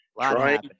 Trying